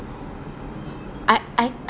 I I